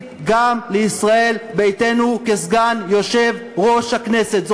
גם לישראל ביתנו כסגן יושב-ראש הכנסת.